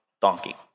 donkey